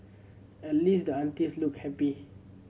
at least the aunties looked happy